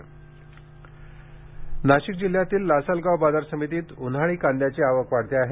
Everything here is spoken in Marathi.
कांदा दर घसरण नाशिक जिल्ह्यातील लासलगाव बाजार समितीत उन्हाळ कांद्याची आवक वाढत आहे